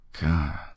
God